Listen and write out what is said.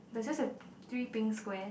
does this have three pink squares